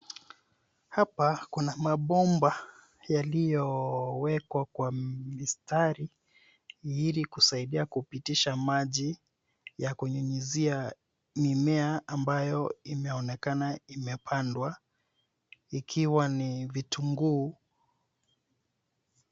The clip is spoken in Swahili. Hapa kuna mabomba yaliyowekwa kwa mistari ili kusaidia kupitishia maji ya kunyunyizia mimea ambayo inaonekana imepandwa. Ikiwa ni vitunguu